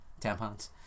tampons